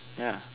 ya